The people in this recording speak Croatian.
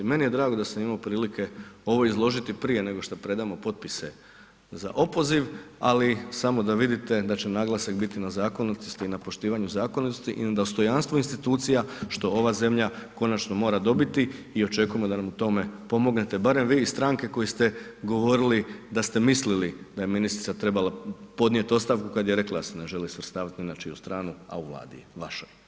Meni je drago da sam imao prilike ovo izložiti prije nego što predamo potpise za opoziv, ali samo da vidite da će naglasak biti na zakonitosti i na poštivanju zakonitosti i dostojanstvu institucija, što ova zemlja konačno mora dobiti i očekujemo da nam u tome pomognete barem vi iz stranke koji ste govorili da ste mislili da je ministrica trebala podnijeti ostavku kada je rekla da se ne želi svrstavati ni na čiju stranu, a u Vladi je vašoj.